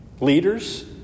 Leaders